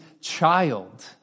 child